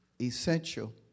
essential